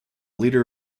leader